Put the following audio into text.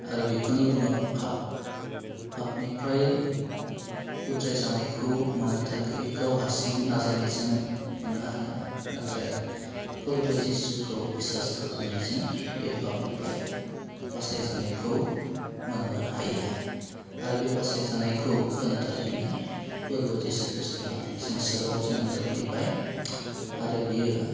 आरो बिखौनो बुङो फाफ फाफनिफ्राय उद्राय जानायखौ मोननो थाखाय गाव हारसिं नाजानायजों मोननो हाया नाथाय फोरबो जिशुखौ बिसास खालामनायजों बे फाफनिफ्राय बासायजानायखौ मोननो हायो आरो बे बासायजानायखौ होनो थाखायनो फोरबो जिशु खृष्ट'वा संसाराव जोनोम जाफैबाय आरो बेयो